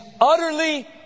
utterly